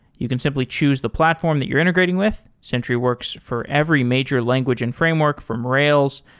you can simply choose the platform that you're integrating with. sentry works for every major language and framework, from rails,